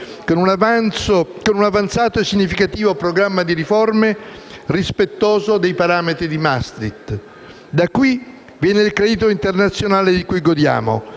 con un avanzato e significativo programma di riforme, rispettoso dei parametri di Maastricht. Da qui viene il credito internazionale di cui godiamo,